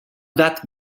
that